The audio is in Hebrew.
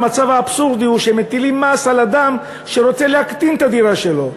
המצב האבסורדי הוא שמטילים מס על אדם שרוצה להקטין את הדירה שלו,